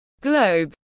globe